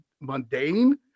mundane